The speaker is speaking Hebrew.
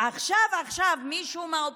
עכשיו עכשיו מישהו מהאופוזיציה,